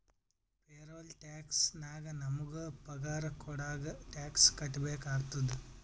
payroll tax ನಾಗ್ ನಮುಗ ಪಗಾರ ಕೊಡಾಗ್ ಟ್ಯಾಕ್ಸ್ ಕಟ್ಬೇಕ ಆತ್ತುದ